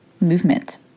movement